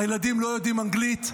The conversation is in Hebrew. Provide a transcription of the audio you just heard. הילדים לא יודעים אנגלית.